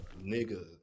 nigga